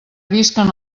visquen